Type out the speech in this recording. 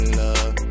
love